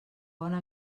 bona